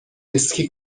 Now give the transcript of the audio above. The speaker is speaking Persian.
اسکی